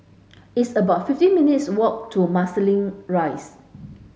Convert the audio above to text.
it's about fifteen minutes' walk to Marsiling Rise